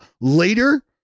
later